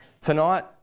tonight